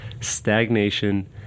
stagnation